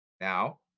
Now